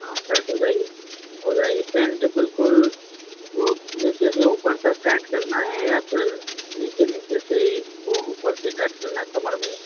हाँ सेट हो जाएगी हो जाएगी पेंट बिल्कुल वो नीचे से ऊपर तक टाइट करना है या फिर नीचे नीचे से ही वो ऊपर से टाइट करना कमर में